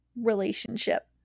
Relationship